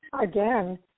again